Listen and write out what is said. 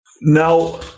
Now